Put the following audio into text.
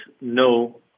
no